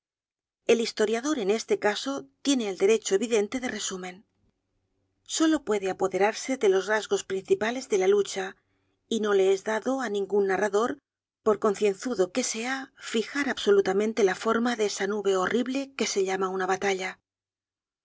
el historiador en este caso tiene el derecho evidente de resú content from google book search generated at men solo puede apoderarse de los rasgos principales de la lucha y no le es dado á ningun narrador por concienzudo que sea fijar absolutamente la forma de esa nube horrible que se llama una batalla